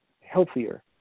healthier